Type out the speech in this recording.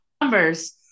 numbers